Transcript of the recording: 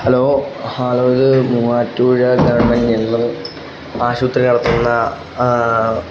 hello hello ഇത് Muvattupuzha government എന്നും ആശുപത്രി നടത്തുന്ന